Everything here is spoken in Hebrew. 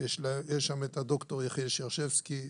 את הד"ר יחיאל שרשבסקי,